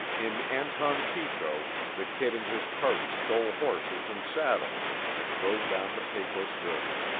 in anton chico, the kid and his party stole horses and saddles, and rode down the pecos river.